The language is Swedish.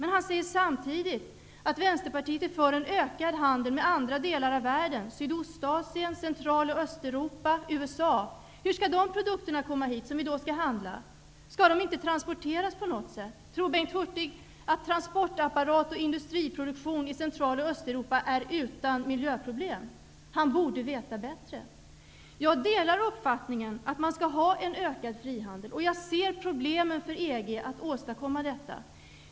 Men han säger samtidigt att Vänsterpartiet är för en ökad handel med andra delar av världen -- Sydostasien, Central och Östeuropa samt USA. Hur skall de produkter som vi skall handla komma hit? Skall de inte transporteras på något sätt? Tror Bengt Hurtig att transportapparaten och industriproduktionen i Central och Östeuropa är utan miljöproblem? Han borde veta bättre. Jag delar uppfattningen att man skall ha en ökad frihandel. Jag ser problemen för EG att åstadkomma detta.